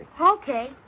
Okay